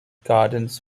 gardens